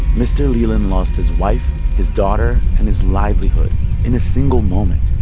mr. leland lost his wife his daughter and his livelihood in a single moment.